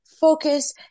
focus